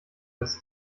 des